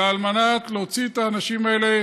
אלא על מנת להוציא את האנשים האלה